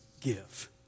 give